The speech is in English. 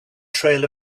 trail